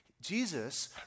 Jesus